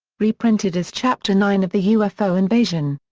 reprinted as chapter nine of the ufo invasion.